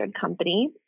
company